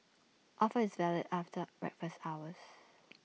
offer is valid after breakfast hours